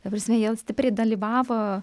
ta prasme jie stipriai dalyvavo